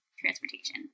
transportation